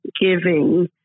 giving